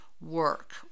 work